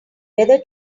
whether